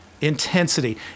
Intensity